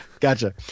Gotcha